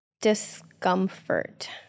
discomfort